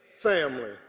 family